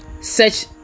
search